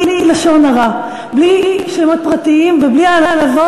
הוא אמר שאתם לא עוזרים